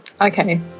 okay